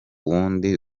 wundi